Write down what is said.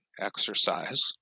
exercise